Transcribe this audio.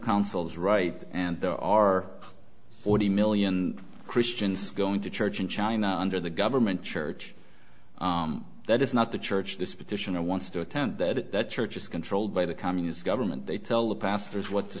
council is right and there are forty million christians going to church in china under the government church that is not the church this petitioner wants to attend that church is controlled by the communist government they tell the pastors what to